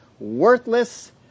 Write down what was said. worthless